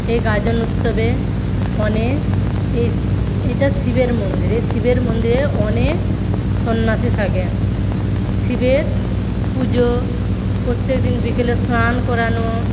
এই গাজন উৎসবে অনেক এই এইটা শিবের মন্দির এই শিবের মন্দিরে অনেক সন্ন্যাসী থাকে শিবের পুজো প্রত্যেকদিন বিকেলে স্নান করানো